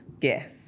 Yes